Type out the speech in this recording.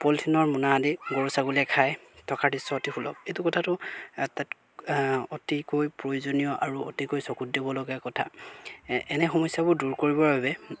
পলিথিনৰ মুনা আদি গৰু ছাগলীয়ে খাই থকাৰ দৃশ্য অতি সুলভ এইটো কথাটো তাত অতিকৈ প্ৰয়োজনীয় আৰু অতিকৈ চকুত দিবলগীয়া কথা এনে সমস্যাবোৰ দূৰ কৰিবৰ বাবে